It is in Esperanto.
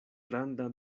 granda